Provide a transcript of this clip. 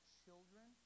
children